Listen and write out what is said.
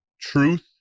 truth